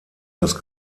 das